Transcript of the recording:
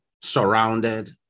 surrounded